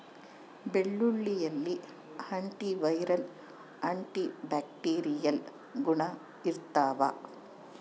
ಬೆಳ್ಳುಳ್ಳಿಯಲ್ಲಿ antiviral antibacterial ಗುಣ ಇರ್ತಾವ